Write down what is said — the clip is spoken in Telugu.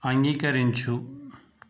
అంగీకరించు